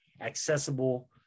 accessible